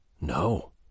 No